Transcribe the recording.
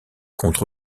contre